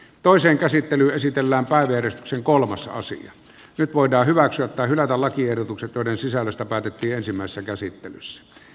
toisen käsittely esitellään vain yhdistyksen kolmas asia nyt voidaan hyväksyä tai hylätä lakiehdotukset joiden sisällöstä päätettiin ensimmäisessä käsittelyssä